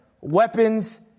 weapons